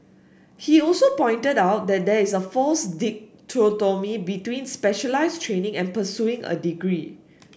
he also pointed out that there is a false dichotomy between specialised training and pursuing a degree